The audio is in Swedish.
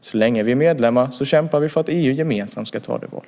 Så länge vi är medlemmar kämpar vi för att EU gemensamt ska göra det valet.